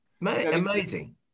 amazing